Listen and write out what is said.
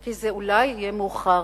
כי זה אולי יהיה מאוחר